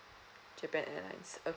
japan airlines okay